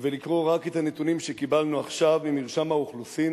ולקרוא רק את הנתונים שקיבלנו עכשיו ממרשם האוכלוסין,